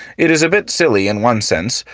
it is a bit silly, in one sense,